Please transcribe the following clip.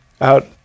out